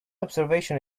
observation